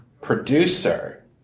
producer